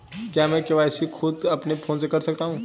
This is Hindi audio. क्या मैं के.वाई.सी खुद अपने फोन से कर सकता हूँ?